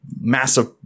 massive